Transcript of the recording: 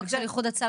לא רק של איחוד הצלה,